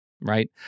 right